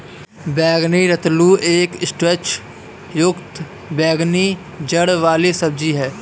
बैंगनी रतालू एक स्टार्च युक्त बैंगनी जड़ वाली सब्जी है